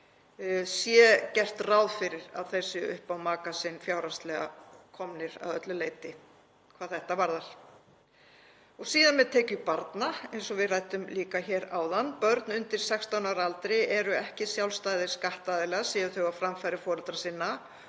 sé gert ráð fyrir að þeir séu upp á maka sinn komnir fjárhagslega að öllu leyti hvað þetta varðar. Og síðan með tekjur barna, eins og við ræddum líka hér áðan. Börn undir 16 ára aldri eru ekki sjálfstæðir skattaðilar séu þau á framfæri foreldra sinna